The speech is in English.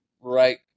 right